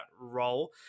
role